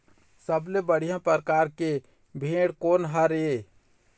सबले बढ़िया परकार के भेड़ कोन हर ये?